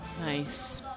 Nice